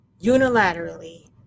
unilaterally